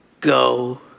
Go